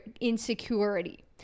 insecurity